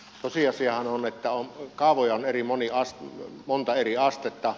tosiasiahan on että kaavoja on monta eri astetta